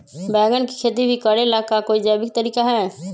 बैंगन के खेती भी करे ला का कोई जैविक तरीका है?